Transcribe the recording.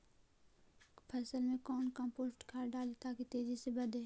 फसल मे कौन कम्पोस्ट खाद डाली ताकि तेजी से बदे?